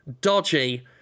dodgy